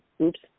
Oops